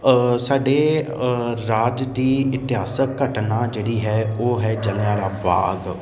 ਸਾਡੇ ਰਾਜ ਦੀ ਇਤਿਹਾਸਿਕ ਘਟਨਾ ਜਿਹੜੀ ਹੈ ਉਹ ਹੈ ਜਲ੍ਹਿਆਂਵਾਲਾ ਬਾਗ